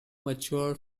mature